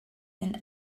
and